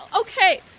Okay